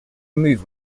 move